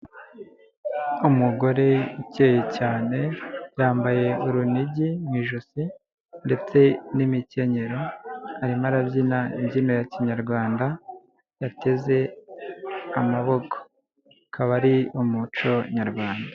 Umugore ukeye cyane, yambaye urunigi mu ijosi, ndetse n'imikenyero arimo arabyina imbyino ya kinyarwanda yateze amaboko akaba ari umuco nyarwanda.